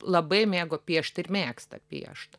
labai mėgo piešt ir mėgsta piešt